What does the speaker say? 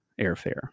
airfare